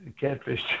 Catfish